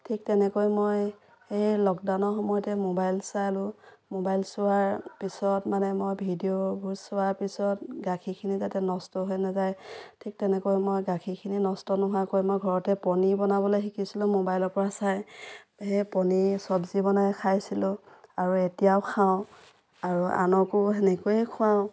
ঠিক তেনেকৈ মই সেয়ে লকডাউনৰ সময়তে ম'বাইল চালো ম'বাইল চোৱাৰ পিছত মানে মই ভিডিঅ'বোৰ চোৱাৰ পিছত গাখীৰখিনি যাতে নষ্ট হৈ নাযায় ঠিক তেনেকৈ মই গাখীৰখিনি নষ্ট নোহোৱাকৈ মই ঘৰতে পনীৰ বনাবলে শিকিছিলোঁ ম'বাইলৰ পৰা চাই সেয়ে পনীৰ চব্জি বনাই খাইছিলোঁ আৰু এতিয়াও খাওঁ আৰু আনকো সেনেকৈয়ে খুৱাওঁ